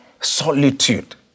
solitude